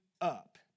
up